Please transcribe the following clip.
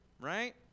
right